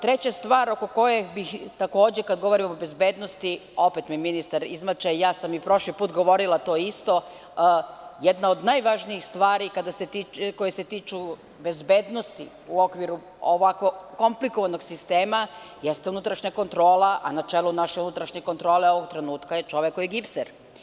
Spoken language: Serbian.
Treća stvar oko koje bih takođe kada govorim o bezbednosti, opet ministar izmače, ja sam i prošli put govorila to isto, …. (Aleksandar Antić: Tu sam, slušam.) … jedna od najvažnijih stvari koje se tiču bezbednosti u okviru ovako komplikovanog sistema jeste unutrašnja kontrola, a na čelu naše unutrašnje kontrole ovog trenutka je čovek koji je gipser.